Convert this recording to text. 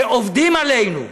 שעובדים עלינו.